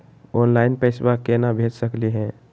Online पैसवा केना भेज सकली हे?